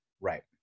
Right